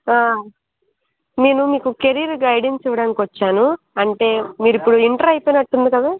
నేను మీకు career guidance ఇవ్వడానికి వచ్చాను అంటే మీరు ఇప్పుడు ఇంటర్ అయిపోయినట్టు ఉంది కదా